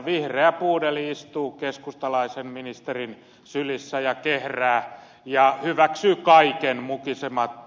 vihreä puudeli istuu keskustalaisen ministerin sylissä ja kehrää ja hyväksyy kaiken mukisematta